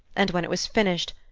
and, when it was finished,